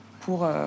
pour